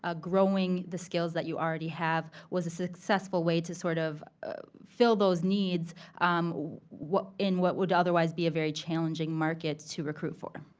ah growing the skills that you already have was a successful way to sort of fill those needs um in what would otherwise be a very challenging market to recruit for.